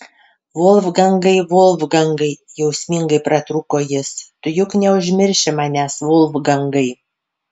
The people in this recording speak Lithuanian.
volfgangai volfgangai jausmingai pratrūko jis tu juk neužmirši manęs volfgangai